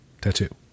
tattoo